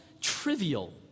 trivial